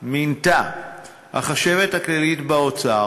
מינתה החשבת הכללית באוצר